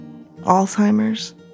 Alzheimer's